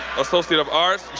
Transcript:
associate of arts,